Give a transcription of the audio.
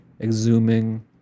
exhuming